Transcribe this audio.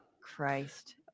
Christ